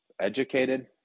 Educated